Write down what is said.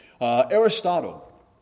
Aristotle